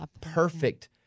perfect